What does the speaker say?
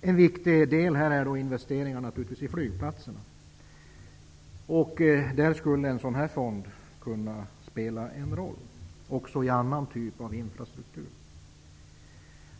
En viktig del är investeringarna i flygplasterna. Där skulle en sådan fond spela en roll. Det gäller även andra former av infrastruktur.